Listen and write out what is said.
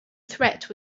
threat